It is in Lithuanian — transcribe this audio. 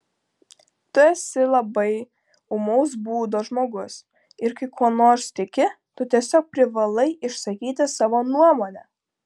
tu esi labai ūmaus būdo žmogus ir kai kuo nors tiki tu tiesiog privalai išsakyti savo nuomonę